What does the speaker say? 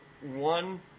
one